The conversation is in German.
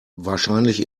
wahrscheinlich